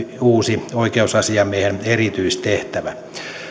uusi oikeusasiamiehen erityistehtävä